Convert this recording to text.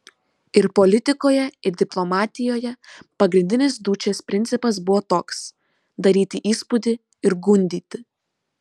ir politikoje ir diplomatijoje pagrindinis dučės principas buvo toks daryti įspūdį ir gundyti